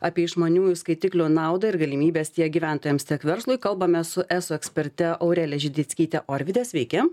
apie išmaniųjų skaitiklių naudą ir galimybes tiek gyventojams tiek verslui kalbame su eso eksperte aurelija židickyte orvyde sveiki